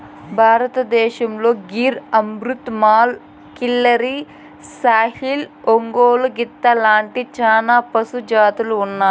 భారతదేశంలో గిర్, అమృత్ మహల్, కిల్లారి, సాహివాల్, ఒంగోలు గిత్త లాంటి చానా పశు జాతులు ఉన్నాయి